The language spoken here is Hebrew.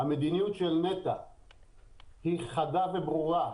המדיניות של נת"ע היא חדה וברורה,